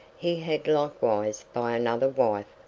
he had likewise, by another wife,